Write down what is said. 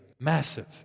massive